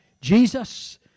Jesus